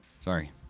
sorry